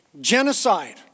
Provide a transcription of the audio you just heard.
genocide